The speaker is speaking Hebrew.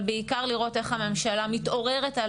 אבל בעיקר לראות איך הממשלה מתעוררת על